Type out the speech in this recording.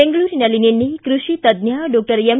ಬೆಂಗಳೂರಿನಲ್ಲಿ ನಿನ್ನೆ ಕೃಷಿ ತಜ್ಞ ಡಾಕ್ಷರ್ ಎಂ